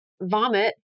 vomit